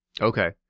Okay